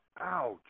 Ouch